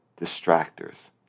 distractors